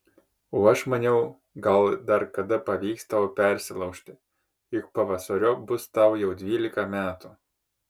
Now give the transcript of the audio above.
o aš maniau gal dar kada pavyks tau persilaužti juk pavasariop bus tau jau dvylika metų